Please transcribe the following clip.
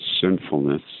sinfulness